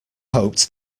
hoped